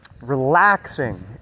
Relaxing